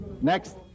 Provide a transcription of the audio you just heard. Next